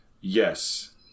Yes